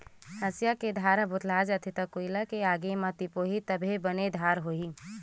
हँसिया के धार ह भोथरा जाथे त कोइला के आगी म बने तिपोही तभे बने धार होही